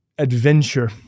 adventure